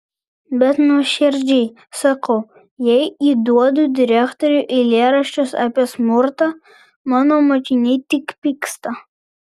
bet nuoširdžiai sakau jei įduodu direktoriui eilėraščius apie smurtą mano mokiniai tik pyksta